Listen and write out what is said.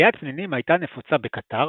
שליית פנינים הייתה נפוצה בקטר,